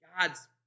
God's